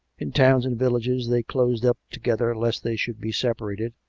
in towns and villages they closed up together lest they should be separated,